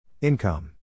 Income